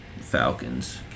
Falcons